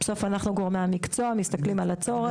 בסוף אנחנו גורמי המקצוע מסתכלים על הצורך.